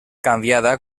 canviada